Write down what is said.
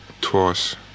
twice